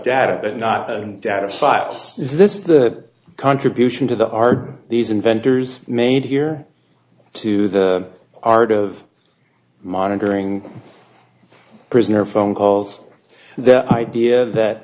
data but not in a data file is this the contribution to the are these inventors made here to the art of monitoring prisoner phone calls the idea that